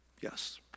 Yes